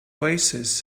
oasis